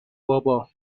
بابا